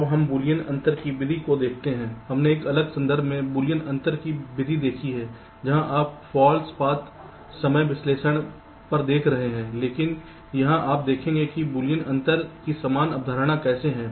अब हम बूलियन अंतर की विधि को देखते हैं हमने पहले एक अलग संदर्भ में बूलियन अंतर की विधि देखी है जहाँ आप फाल्स पाथ समय विश्लेषण पर देख रहे हैं लेकिन यहाँ आप देखेंगे कि बूलियन अंतर की समान अवधारणा कैसे है